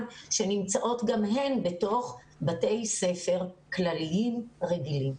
שנמצאות גם הן בתוך בתי ספר כללים רגילים.